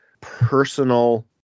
personal